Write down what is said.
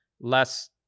less